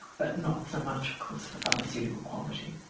but not so much of course for pharmaceutical quality.